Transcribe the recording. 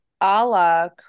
Allah